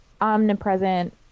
omnipresent